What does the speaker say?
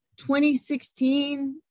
2016